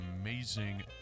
amazing